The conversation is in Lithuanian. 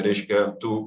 reiškia tų